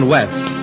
West